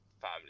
family